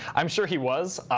i'm sure he was.